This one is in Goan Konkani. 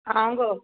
हांव गो